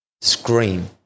scream